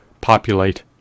populate